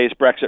brexit